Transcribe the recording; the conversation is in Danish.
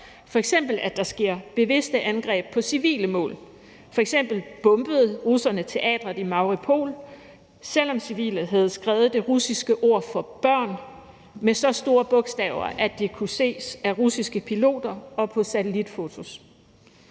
f.eks. bevidste angreb på civile mål. F.eks. bombede russerne teatret i Mariupol, selv om civile havde skrevet det russiske ord for børn med så store bogstaver, at det kunne ses af russiske piloter og på satellitfotos.